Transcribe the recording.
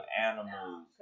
animals